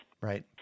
Right